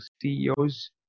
CEOs